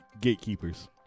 gatekeepers